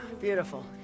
beautiful